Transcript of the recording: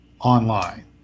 online